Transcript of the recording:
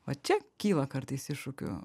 va čia kyla kartais iššūkių